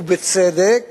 ובצדק